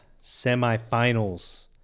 semifinals